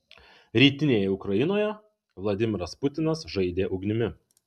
rytinėje ukrainoje vladimiras putinas žaidė ugnimi